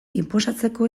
inposatzeko